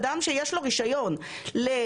אדם שיש לו רישיון לגדל,